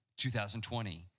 2020